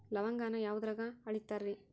ಲವಂಗಾನ ಯಾವುದ್ರಾಗ ಅಳಿತಾರ್ ರೇ?